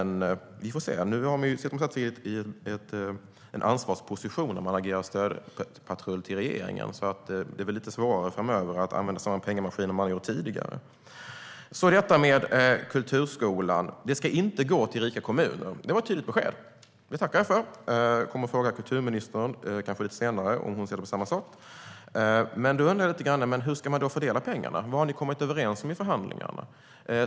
Nu sitter partiet i en ansvarsposition där man agerar stödpatrull till regeringen, så det är väl lite svårare framöver att använda samma pengamaskiner som man har använt tidigare. När det gäller kulturskolan ska det inte gå till rika kommuner, säger Rossana Dinamarca. Det var ett tydligt besked, och det tackar jag för. Jag kommer att fråga kulturministern lite senare om hon ser det på samma sätt. Jag undrar hur man ska fördela pengarna. Vad har ni kommit överens om i förhandlingarna?